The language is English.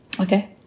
Okay